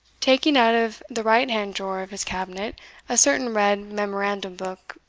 taking out of the right-hand drawer of his cabinet a certain red memorandum-book,